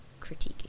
critiquing